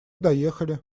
доехали